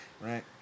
Right